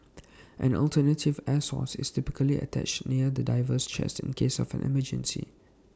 an alternative air source is typically attached near the diver's chest in case of an emergency